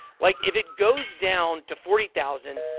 like, if it goes down to forty thousand